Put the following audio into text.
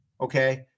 Okay